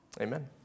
Amen